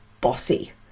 bossy